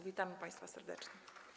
Witamy państwa serdecznie.